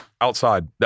outside